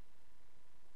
בארץ-ישראל